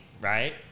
right